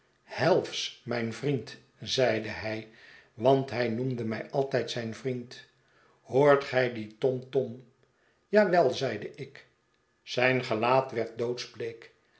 helves mijnvriend zeide hij want hij noemde mij altijd zijn vriend hoort gij dien tom tom ja wel zeide ik zijn gelaat werd